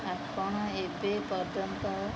ଆପଣ ଏବେ ପର୍ଯ୍ୟନ୍ତ